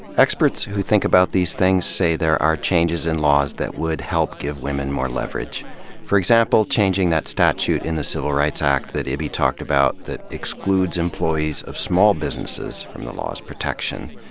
experts who think about these things say there are changes in laws that would help give women more leverage for example, changing that statute in the civil rights act that ibby talked about, that excludes employees of small businesses from the law's protection.